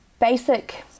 basic